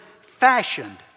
fashioned